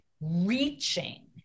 reaching